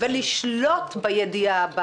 ולשלוט בידיעה.